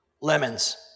lemons